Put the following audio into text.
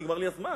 נגמר לי הזמן.